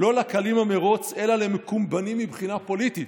לא לקלים המרוץ, אלא למקומבנים מבחינה פוליטית.